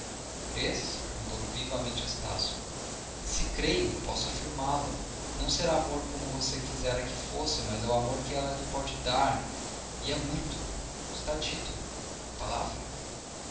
crês perguntou vivamente estácio se creio posso afirmá lo não será amor como você quisera que fosse mas é o amor que ela lhe pode dar e é muito está dito palavra